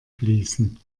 fließen